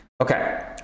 okay